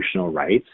rights